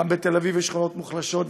גם בתל-אביב יש שכונות מוחלשות,